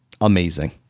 amazing